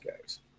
guys